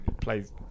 plays